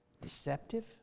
deceptive